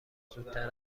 زودتر